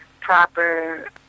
proper